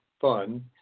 fun